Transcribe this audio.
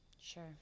Sure